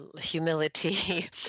humility